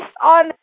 on